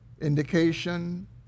indication